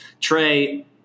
Trey